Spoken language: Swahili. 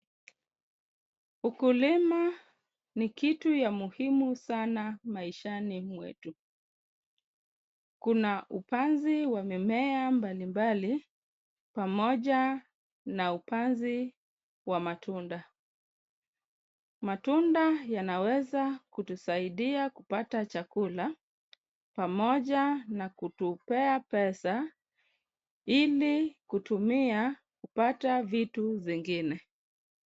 Ukulima ni kitu ya muhimu sana maishani mwetu. Kuna upanzi wa mimea mbalimbali pamoja na upanzi wa matunda. Matunda yanaweza kutusaidia kupata chakula pamoja na kutupea pesa ili kutumia kupata vitu zingine.